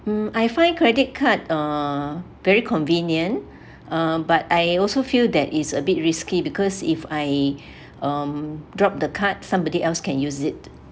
mm I find credit card err very convenient uh but I also feel that it's a bit risky because if I um drop the cards somebody else can use it